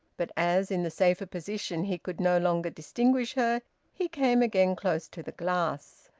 but as in the safer position he could no longer distinguish her he came again close to the glass.